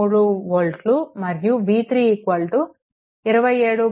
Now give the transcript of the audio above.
73 వోల్ట్లు మరియు v3 27